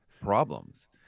problems